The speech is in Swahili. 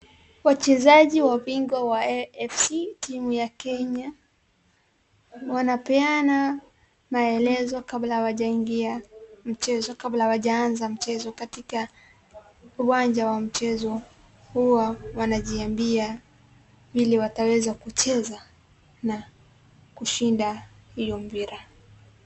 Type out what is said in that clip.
Wachezaji wa bingwa wa afc timu ya kenya wanapeana maelezo kabla hawajaingia mchezo kabla hawajaanza mchezo katika uwanja wa mchezo huwa wanajiambia vile wataweza kucheza na kushinda hiyo mpira.